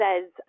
says